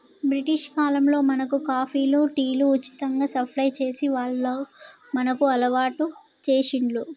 British కాలంలో మనకు కాఫీలు, టీలు ఉచితంగా సప్లై చేసి వాళ్లు మనకు అలవాటు చేశిండ్లు